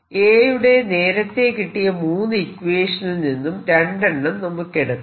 A യുടെ നേരത്തെ കിട്ടിയ 3 ഇക്വേഷനിൽ നിന്നും രണ്ടെണ്ണം നമുക്കെടുക്കാം